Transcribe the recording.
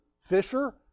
Fisher